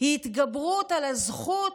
היא התגברות על הזכות